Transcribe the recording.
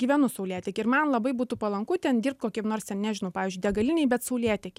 gyvenu saulėteky ir man labai būtų palanku ten dirbt kokiam nors ten nežinau pavyzdžiui degalinėj bet saulėteky